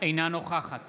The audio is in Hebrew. אינה נוכחת